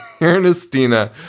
Ernestina